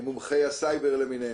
מומחי הסייבר למינהם.